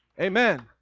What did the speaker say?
Amen